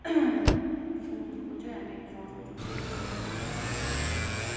सुँगुरको चाहिँ हामी खोरहरू चाहिँ त्योहरू सफा गर्नुपर्छ जो